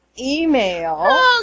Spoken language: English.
email